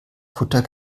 kutter